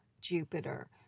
Jupiter